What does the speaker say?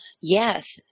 Yes